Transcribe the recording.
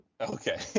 Okay